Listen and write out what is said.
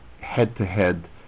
head-to-head